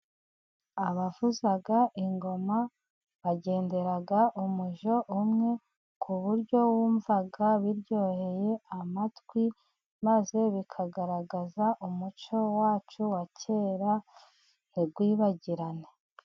Abavuza ingoma bagendera umujyo umwe, ku buryo wumva biryoheye amatwi maze bikagaragaza umuco wacu wa kera ntiwibagirane.